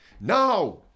Now